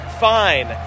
fine